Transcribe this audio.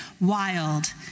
wild